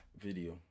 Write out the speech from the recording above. video